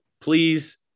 please